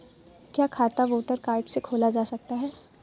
क्या खाता voter card से खोला जा सकता है?